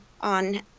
on